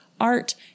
art